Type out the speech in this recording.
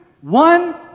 One